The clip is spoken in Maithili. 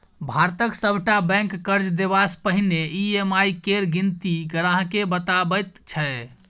भारतक सभटा बैंक कर्ज देबासँ पहिने ई.एम.आई केर गिनती ग्राहकेँ बताबैत छै